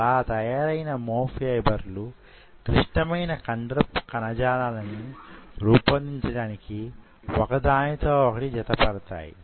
అలా తయారైన మ్యో ఫైబర్లు క్లిష్టమైన కండరపు కణ జాలాన్ని రూపొందించడానికి వొక దానితో వొకటి జతపడతాయి